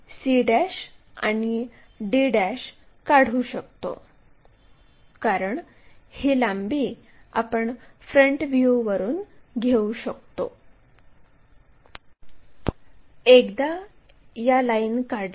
त्याचप्रकारे XY अक्षाच्या खाली 15 मिमी अंतरावर लोकस लाईन काढा